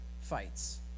fights